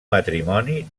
matrimoni